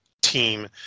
team